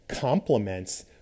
complements